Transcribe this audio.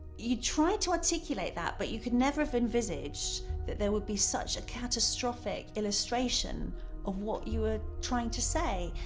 you try to articulate that, but you could never have envisaged that there would be such a catastrophic illustration of what you were trying to say.